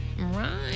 Right